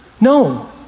No